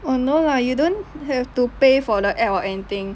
oh no lah you don't have to pay for the app or anything